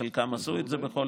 חלקם עשו את זה בכל